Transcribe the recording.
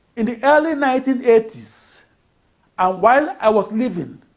in the early nineteen eighty s and while i was living